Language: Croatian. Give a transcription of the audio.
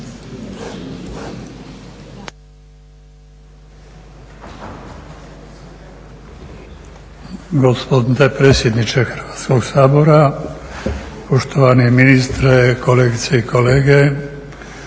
Hrvatskog sabora, poštovani ministre, kolegice i kolege.